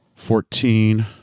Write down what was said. Fourteen